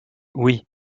oui